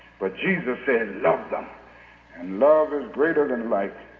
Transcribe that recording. but jesus says love them. and love is greater than like.